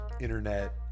internet